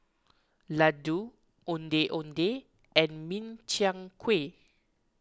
Laddu Ondeh Ondeh and Min Chiang Kueh